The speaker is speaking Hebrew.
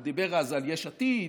הוא דיבר אז על יש עתיד,